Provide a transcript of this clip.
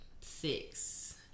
Six